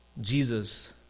Jesus